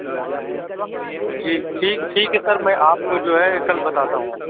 جی جی ٹھیک ٹھیک ٹھیک ہے سر میں آپ کو جو ہے کل بتاتا ہوں